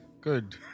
Good